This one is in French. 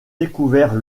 découvert